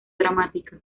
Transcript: dramática